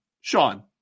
Sean